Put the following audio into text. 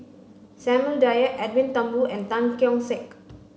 Samuel Dyer Edwin Thumboo and Tan Keong Saik